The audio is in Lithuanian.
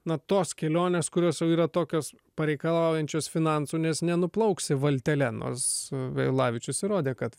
na tos kelionės kurios jau yra tokios pareikalaujančios finansų nes nenuplauksi valtele nors vėlavičius įrodė kad